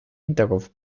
hinterkopf